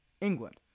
England